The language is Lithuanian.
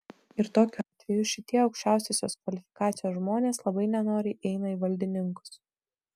ir tokiu atveju šitie aukščiausiosios kvalifikacijos žmonės labai nenoriai eina į valdininkus